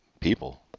people